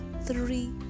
three